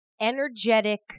energetic